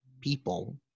people